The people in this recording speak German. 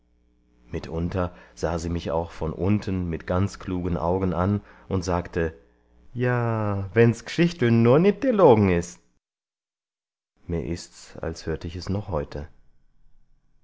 mitunter sah sie mich auch von unten mit ganz klugen augen an und sagte ja wenn's geschichtl nur nit derlog'n is mir ist's als hörte ich es noch heute